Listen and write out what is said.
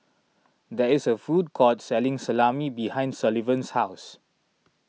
there is a food court selling Salami behind Sullivan's house